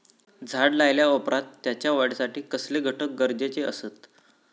झाड लायल्या ओप्रात त्याच्या वाढीसाठी कसले घटक गरजेचे असत?